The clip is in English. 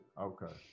okay